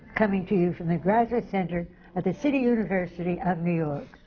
coming to you from the graduate center of the city university of new york.